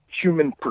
human